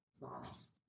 loss